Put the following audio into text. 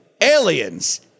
Aliens